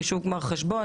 חישוב גמר חשבון,